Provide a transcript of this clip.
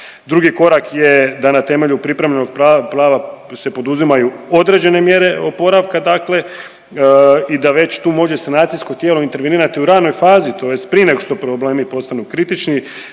Drugi korak je da na temelju pripremno …/Govornik se ne razumije./… se poduzimaju određene mjere oporavka dakle i da već tu može sanacijsko tijelo intervenirati u ranoj fazi tj. prije nego što problemu postanu kritični.